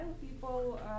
people